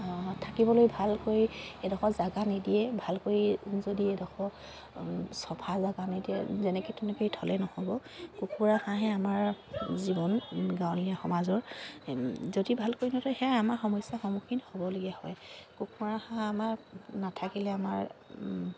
থাকিবলৈ ভালকৈ এডখৰ জাগা নিদিয়ে ভালকৈ যদি এডখৰ চফা জাগা নিদিয়ে যেনেকে তেনেকে থলে নহ'ব কুকুৰা হাঁহে আমাৰ জীৱন গাঁৱলীয়া সমাজৰ যদি ভালকৈ নথয় সেয়া আমাৰ সমস্যাৰ সন্মুখীন হ'বলগীয়া হয় কুকুৰা হাঁহ আমাৰ নাথাকিলে আমাৰ